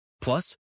Plus